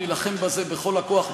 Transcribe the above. נילחם בזה בכל הכוח,